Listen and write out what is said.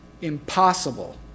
impossible